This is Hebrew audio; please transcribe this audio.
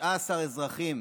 19 אזרחים